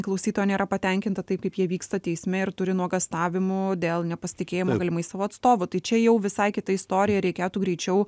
klausytoja nėra patenkinta taip kaip jie vyksta teisme ir turi nuogąstavimų dėl nepasitikėjimo galimai savo atstovu tai čia jau visai kita istorija reikėtų greičiau